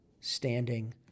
standing